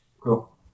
Cool